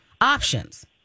options